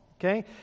okay